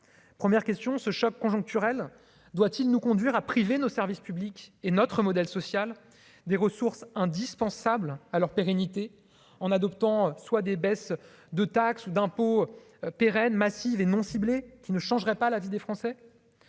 première question ce choc conjoncturel doit-il nous conduire à priver nos services publics et notre modèle social des ressources indispensables à leur pérennité en adoptant soit des baisses de taxes ou d'impôts pérenne massive et non ciblée qui ne changerait pas la vie des Français